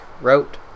wrote